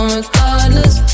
Regardless